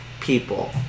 people